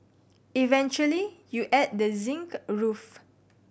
eventually you add the zinc roof